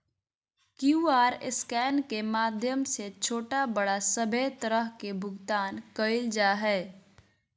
QR scan के माध्यम से छोटा बड़ा सभे तरह के भुगतान कइल जा हइ